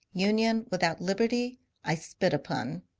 union without liberty i spit upon.